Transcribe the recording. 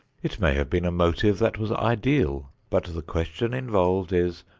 it may have been a motive that was ideal, but the question involved is,